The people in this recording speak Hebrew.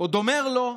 עוד אומר לו: